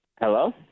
hello